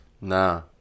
Nah